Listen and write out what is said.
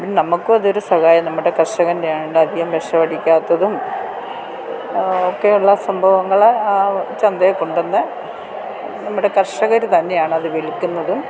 നമുക്ക് അതൊരു സഹായം നമ്മുടെ കർഷകൻ്റെ ആയതുകൊണ്ട് അധികം വിഷമടിക്കാത്തതും ഒക്കെ ഉള്ള സംഭവങ്ങൾ ചന്തയിൽ കൊണ്ടുവന്ന് നമ്മുടെ കർഷകർ തന്നെയാണത് വിൽക്കുന്നതും